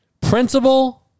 principal